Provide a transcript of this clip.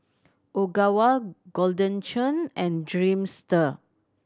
Ogawa Golden Churn and Dreamster